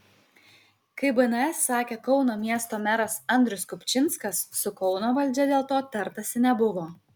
kaip bns sakė kauno miesto meras andrius kupčinskas su kauno valdžia dėl to tartasi nebuvo